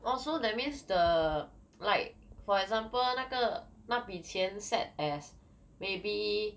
orh so that means the like for example 那个那笔钱 set as maybe